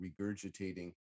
regurgitating